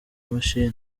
mashini